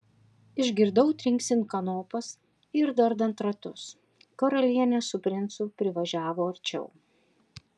išgirdau trinksint kanopas ir dardant ratus karalienė su princu privažiavo arčiau